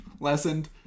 lessened